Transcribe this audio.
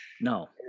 No